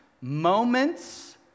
moments